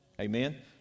Amen